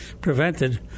prevented